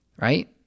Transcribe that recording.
right